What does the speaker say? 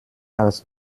als